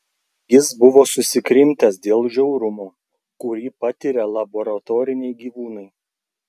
jis buvo susikrimtęs dėl žiaurumo kurį patiria laboratoriniai gyvūnai